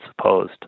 supposed